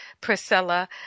Priscilla